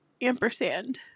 ampersand